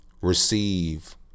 Receive